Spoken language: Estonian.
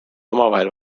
omavahel